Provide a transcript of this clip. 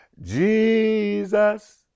jesus